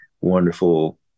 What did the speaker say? wonderful